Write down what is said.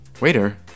Waiter